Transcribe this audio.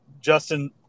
Justin